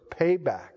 payback